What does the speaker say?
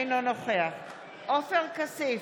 אינו נוכח עופר כסיף,